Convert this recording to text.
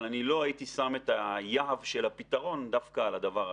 אבל אני לא הייתי שם את היהב של הפתרון דווקא על הדבר הזה.